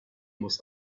with